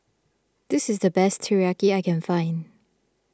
this is the best Teriyaki I can find